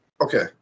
Okay